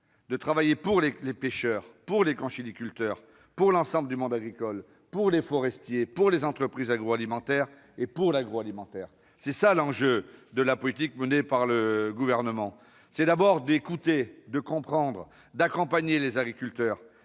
de travailler pour les pêcheurs, pour les conchyliculteurs, pour l'ensemble du monde agricole, pour les forestiers, pour les entreprises agroalimentaires et pour l'agroalimentaire. Voilà l'enjeu de la politique menée par le Gouvernement ! Il s'agit d'abord d'écouter, de comprendre et d'accompagner les agriculteurs,